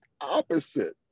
opposite